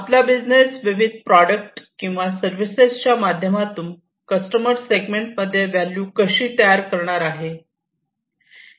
आपला बिझनेस विविध प्रोडक्ट किंवा सर्विसेस च्या माध्यमातून कस्टमरला सेगमेंटमध्ये व्हॅल्यू कशी तयार करणार आहे